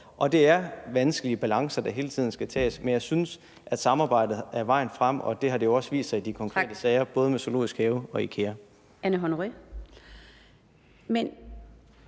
op. Det er vanskelige balancer, der hele tiden skal findes, men jeg synes, at samarbejdet er vejen frem, og det har det jo også vist sig at være i de konkrete sager, både med zoologisk have og IKEA. Kl. 16:23 Den